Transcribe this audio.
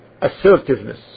assertiveness